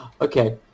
Okay